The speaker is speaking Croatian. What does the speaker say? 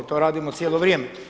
To radimo cijelo vrijeme.